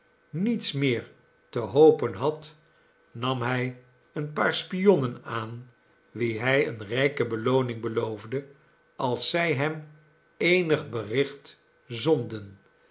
niets meer te hopen had nam hij een paar spionnen aan wie hij eene rijke belooning beloofde als zij hem eenig bericht zonden